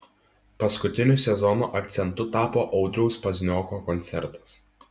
paskutiniu sezono akcentu taps audriaus paznioko koncertas